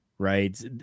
Right